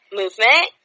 movement